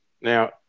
Now